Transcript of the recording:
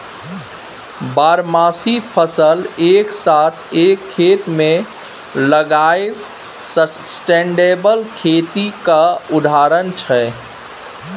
बारहमासी फसल एक साथ एक खेत मे लगाएब सस्टेनेबल खेतीक उदाहरण छै